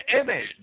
image